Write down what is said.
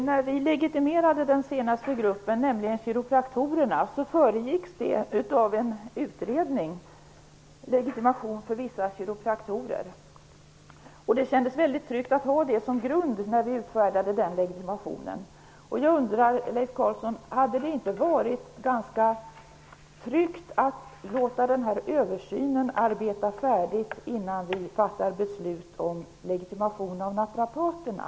Herr talman! När vi gav kiropraktorerna legitimation föregicks det av en utredning, Legitimation för vissa kiropraktorer. Det kändes väldigt tryggt att ha det som grund när vi utfärdade legitimationen. Jag undrar om det inte hade varit ganska tryggt att låta översynen bli färdig innan vi fattar beslut om legitimation av naprapaterna.